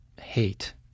hate